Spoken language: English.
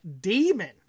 demon